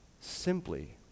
simply